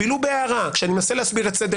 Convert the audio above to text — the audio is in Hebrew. אפילו בהערה כשאני מנסה להסביר את סדר